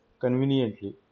conveniently